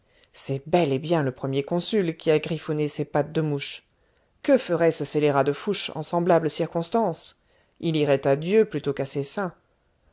c'est bel et bien le premier consul qui a griffonné ces pattes de mouche que ferait ce scélérat de fouché en semblable circonstance il irait à dieu plutôt qu'à ses saints